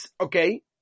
okay